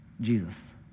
Jesus